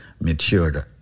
matured